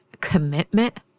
commitment